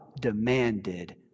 demanded